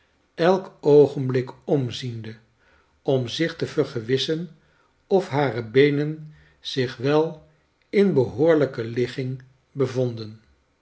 elk oogenblik omziende om zich te vergewissen of hare beenen zich wel in behoorlijke ligging bevonden